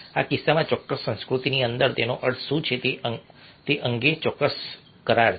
આ કિસ્સાઓ ચોક્કસ સંસ્કૃતિની અંદર તેનો અર્થ શું છે તે અંગે ચોક્કસ અંશે કરાર છે